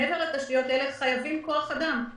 חייבים כוח אדם.